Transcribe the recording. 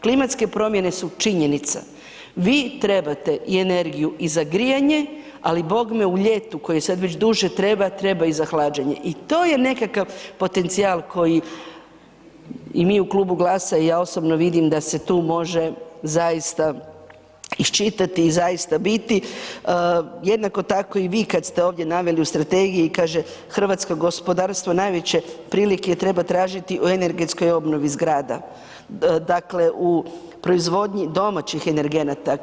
Klimatske promjene su činjenica, vi trebate i energiju i za grijanje, ali bogme u ljetu koje sad već duže treba, treba i za hlađenje i to je nekakav potencijal koji i mi u Klubu GLAS-a i ja osobno vidim da se tu može zaista iščitati i zaista biti, jednako tako i vi kad ste ovdje naveli u strategiji, kaže hrvatsko gospodarstvo najveće prilike treba tražiti u energetskoj obnovi zgrada, dakle u proizvodnji domaćih energenata.